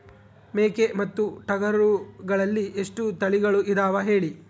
ಮೇಕೆ ಮತ್ತು ಟಗರುಗಳಲ್ಲಿ ಎಷ್ಟು ತಳಿಗಳು ಇದಾವ ಹೇಳಿ?